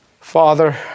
Father